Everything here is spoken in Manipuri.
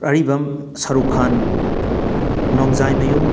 ꯑꯔꯤꯕꯝ ꯁꯔꯨꯛ ꯈꯥꯟ ꯅꯣꯡꯖꯥꯏꯃꯌꯨꯝ